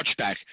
touchback